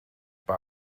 bei